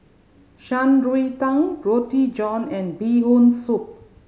Shan Rui Tang Roti John and Bee Hoon Soup